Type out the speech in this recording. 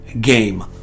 game